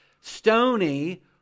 stony